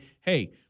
hey